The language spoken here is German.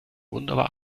wunderbar